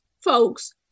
folks